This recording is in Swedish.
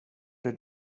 det